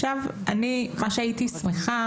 עכשיו, מה שהייתי שמחה